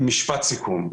משפט סיכום.